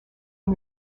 and